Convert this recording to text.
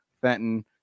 Fenton